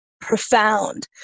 profound